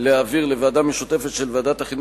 אני קובע שחוק סדר